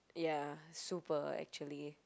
ya super actually